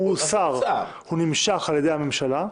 הוא נמשך על-ידי הממשלה,